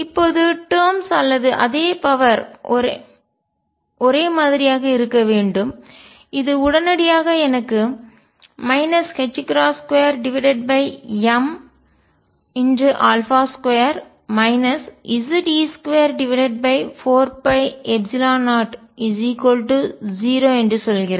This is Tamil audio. இப்போது டேர்ம்ஸ் அல்லது அதே பவர் சக்தி ஒரே மாதிரியாக இருக்க வேண்டும் இது உடனடியாக எனக்கு 2m2 Ze24π00என்று சொல்கிறது